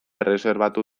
erreserbatu